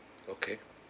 okay